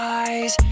eyes